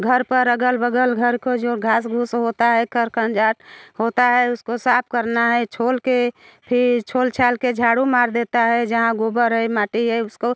घर पर अग़ल बग़ल घर को जो घास फूस होता है कर कनजाल होता है उसको साफ़ करना है छोल के फिर छोल छाल के झाड़ू मार देती हूँ जहाँ गोबर है माटी है उसको